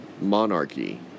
monarchy